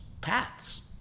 paths